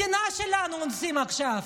את המדינה שלנו אונסים עכשיו,